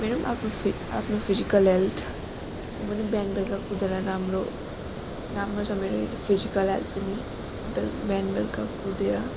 मेरो पनि आफ्नो आफ्नो फिजिकल हेल्थ म पनि बिहान बेलुका कुदेर राम्रो राम्रो छ मेरो फिजिकल हेल्थ पनि बेल् बिहान बेलुका कुदेर